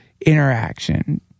interaction